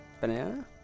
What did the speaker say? Banana